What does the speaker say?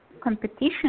competition